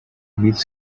beats